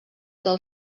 del